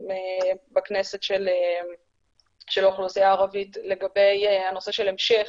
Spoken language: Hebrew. בכנסת של האוכלוסייה הערבית לגבי הנושא של המשך